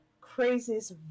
craziest